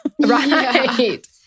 Right